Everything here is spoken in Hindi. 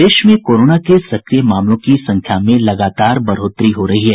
प्रदेश में कोरोना के सक्रिय मामलों की संख्या में लगातार बढ़ोतरी हो रही है